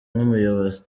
nk’umuyobozi